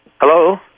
Hello